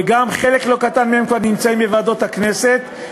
וחלק לא קטן מהם כבר נמצאים בוועדות הכנסת,